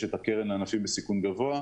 יש את הקרן לאנשים בסיכון גבוה.